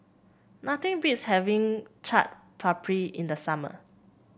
nothing beats having Chaat Papri in the summer